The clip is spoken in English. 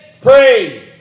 pray